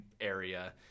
area